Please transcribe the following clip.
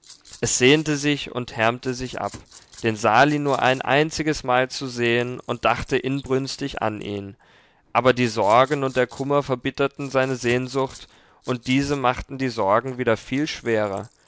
es sehnte sich und härmte sich ab den sali nur ein einziges mal zu sehen und dachte inbrünstig an ihn aber die sorgen und der kummer verbitterten seine sehnsucht und diese machten die sorgen wieder viel schwerer